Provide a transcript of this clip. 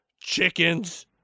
chickens